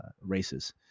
races